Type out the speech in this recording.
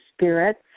spirits